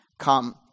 Come